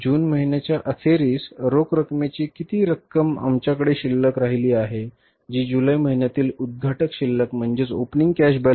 जून महिन्याच्या अखेरीस रोख रकमेची किती रक्कम आमच्याकडे शिल्लक राहिली आहे जी जुलै महिन्यातील उद्घाटन शिल्लक होईल